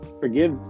forgive